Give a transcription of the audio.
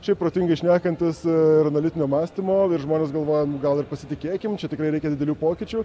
šiaip protingai šnekantis ir analitinio mąstymo ir žmonės galvoja gal ir pasitikėkime čia tikrai reikia didelių pokyčių